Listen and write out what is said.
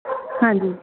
ਹਾਂਜੀ